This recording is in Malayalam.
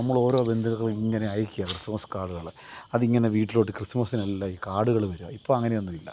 നമ്മളോരോ ബന്ധ്ക്കൾക്കും ഇങ്ങനെ അയക്കുവാണ് ക്രിസ്മസ് കാർഡുകൾ അതിങ്ങനെ വീട്ടിലോട്ട് ക്രിസ്മസ്സിനെല്ലാം ഈ കാർഡ്കള് വരിക ഇപ്പം അങ്ങനെ ഒന്നും ഇല്ല